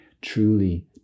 truly